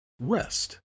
rest